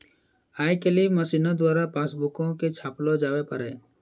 आइ काल्हि मशीनो के द्वारा पासबुको के छापलो जावै पारै